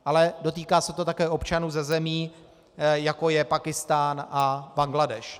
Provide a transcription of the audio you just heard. Ale dotýká se to také občanů ze zemí, jako je Pákistán a Bangladéš.